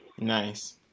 Nice